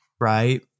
Right